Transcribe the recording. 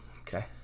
Okay